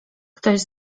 ktoś